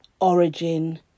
origin